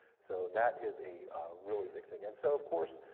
so that is a really big thing. and so of course,